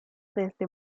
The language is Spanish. desde